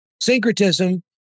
Syncretism